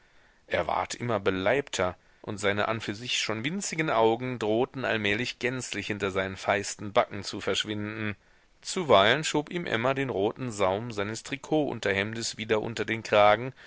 er ward immer beleibter und seine an und für sich schon winzigen augen drohten allmählich gänzlich hinter seinen feisten backen zu verschwinden zuweilen schob ihm emma den roten saum seines trikotunterhemdes wieder unter den kragen